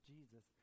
Jesus